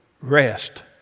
Rest